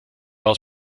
aus